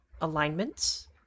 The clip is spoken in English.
alignments